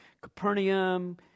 Capernaum